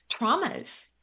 traumas